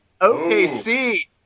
OKC